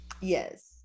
Yes